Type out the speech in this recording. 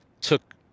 took